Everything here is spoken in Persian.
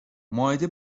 مائده